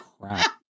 crap